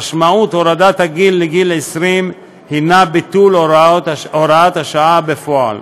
המשמעות של הורדת הגיל ל-20 היא ביטול הוראת השעה בפועל,